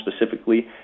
specifically